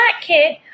kid